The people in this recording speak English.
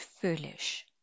foolish